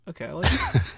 Okay